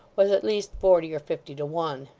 was at least forty or fifty to one.